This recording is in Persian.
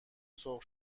سرخ